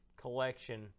collection